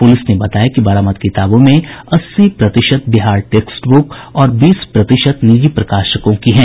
police ने बताया कि बरामद किताबों में अस्सी प्रतिशत बिहार टेस्ट ब्रुक और बीस प्रतिशत निजी प्रकाशकों की है